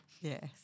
Yes